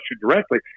directly